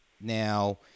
Now